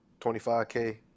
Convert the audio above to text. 25k